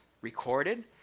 recorded